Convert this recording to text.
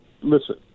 listen